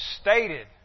stated